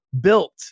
built